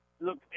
look